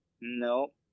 No